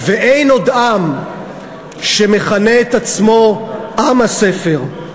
ואין עוד עם שמכנה את עצמו "עם הספר".